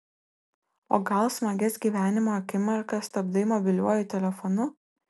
o gal smagias gyvenimo akimirkas stabdai mobiliuoju telefonu